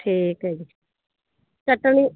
ਠੀਕ ਹੈ ਜੀ ਚਟਨੀ